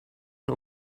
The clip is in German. nur